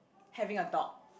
having a dog